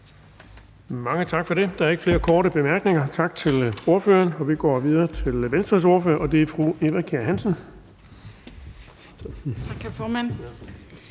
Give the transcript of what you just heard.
Mange tak for det. Der er ikke flere korte bemærkninger. Tak til ordføreren. Vi går videre til Venstres ordfører, og det er fru Eva Kjer Hansen. Kl. 18:55